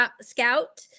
scout